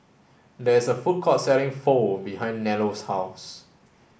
there is a food court selling Pho behind Nello's house